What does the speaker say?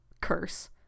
curse